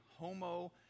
homo